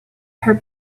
her